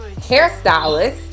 hairstylist